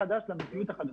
למציאות החדשה: